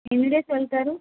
ఎన్ని డేస్ వెళ్తారు